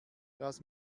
das